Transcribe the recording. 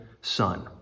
son